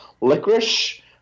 licorice